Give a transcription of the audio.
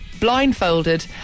blindfolded